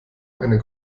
eine